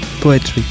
poetry